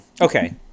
Okay